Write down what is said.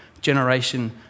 generation